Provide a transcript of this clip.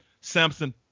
Samson